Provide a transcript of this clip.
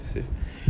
saf~